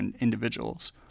individuals